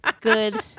Good